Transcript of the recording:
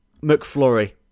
McFlurry